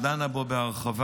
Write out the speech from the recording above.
שדנה בו בהרחבה.